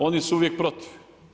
Oni su uvijek protiv.